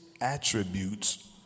attributes